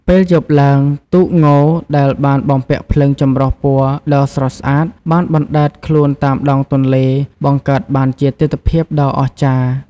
ពេលយប់ឡើង ទូកងដែលបានបំពាក់ភ្លើងចម្រុះពណ៌ដ៏ស្រស់ស្អាត បានបណ្ដែតខ្លួនតាមដងទន្លេ បង្កើតបានជាទិដ្ឋភាពដ៏អស្ចារ្យ។